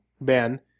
Ben